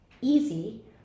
easy